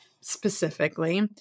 specifically